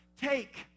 take